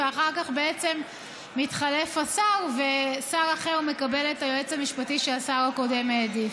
ואחר כך בעצם מתחלף השר ושר אחר מקבל את היועץ המשפטי שהשר הקודם העדיף?